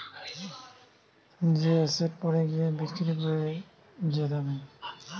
যে এসেট পরে গিয়ে বিক্রি করে যে দামে